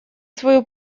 свою